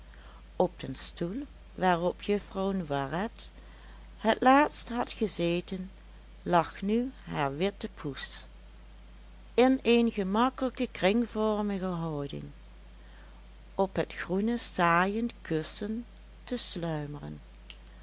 op den stoel waarop juffrouw noiret het laatst had gezeten lag nu haar witte poes in een gemakkelijke kringvormige houding op het groene saaien kussen te sluimeren